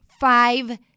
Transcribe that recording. five